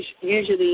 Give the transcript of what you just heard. usually